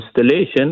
installation